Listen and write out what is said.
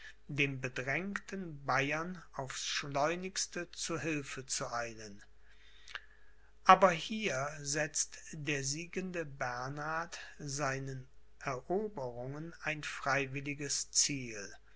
dem bedrängten bayern aufs schleunigste zu hilfe zu eilen aber hier setzt der siegende bernhard seinen eroberungen ein freiwilliges ziel